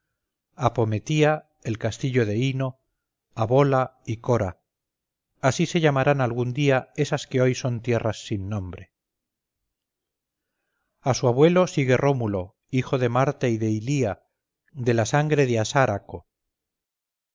a pometía el castillo de inno a bola y cora así se llamarán algún día esas que hoy son tierras sin nombre a su abuelo sigue rómulo hijo de marte y de ilia de la sangre de asáraco ves